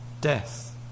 death